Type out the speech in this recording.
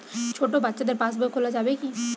ছোট বাচ্চাদের পাশবই খোলা যাবে কি?